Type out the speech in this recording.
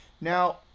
Now